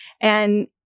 And-